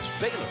Baylor